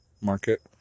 market